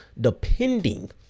depending